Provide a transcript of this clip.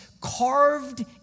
carved